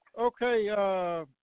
Okay